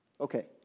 Okay